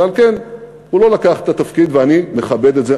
ועל כן הוא לא לקח את התפקיד, ואני מכבד את זה.